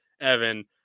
Evan